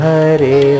Hare